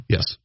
Yes